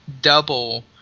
double